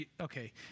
okay